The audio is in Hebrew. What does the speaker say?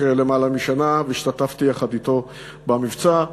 למעלה משנה והשתתפתי יחד אתו במבצע,